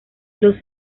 los